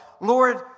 Lord